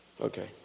Okay